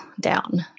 down